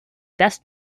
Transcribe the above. best